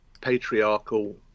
patriarchal